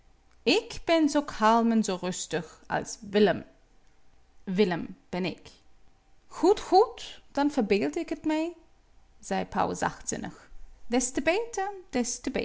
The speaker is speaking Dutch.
ik ben zoo kalm en zoo rustig als willem wil gen lem ben ik goed goed dan verbeeldde ik t me zei pauw zachtzinnig des te beter des te beter